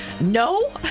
no